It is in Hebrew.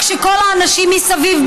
כשכל האנשים מסביב,